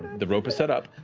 the rope is set up.